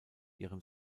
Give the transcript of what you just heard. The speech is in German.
ihrem